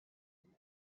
دیگه